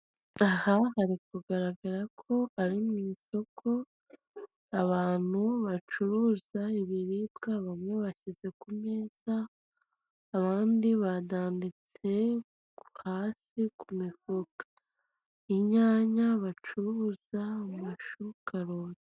Aha harikugaragara ko ari mu isoko abantu bacuruza ibiribwa bamwe bashyize ku meza, abandi badanditse ku ruhande ku mifuka. Inyanya bacuruza, amashu, karoti.